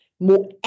more